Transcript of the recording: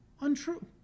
untrue